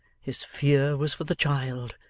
his fear was for the child.